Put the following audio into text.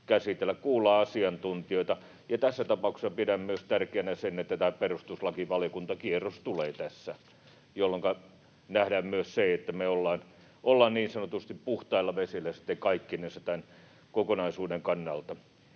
kuulla asiantuntijoita, ja tässä tapauksessa pidän tärkeänä myös sitä, että tämä perustuslakivaliokuntakierros tulee tässä, jolloinka nähdään myös se, että me ollaan niin sanotusti puhtailla vesillä kaikkinensa tämän kokonaisuuden kannalta.